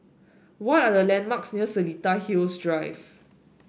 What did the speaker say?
what are the landmarks near Seletar Hills Drive